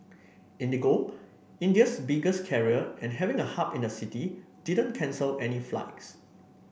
IndiGo India's biggest carrier and having a hub in the city didn't cancel any flights